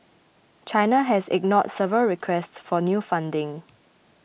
China has ignored several requests for new funding